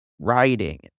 writing